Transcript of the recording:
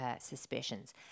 suspicions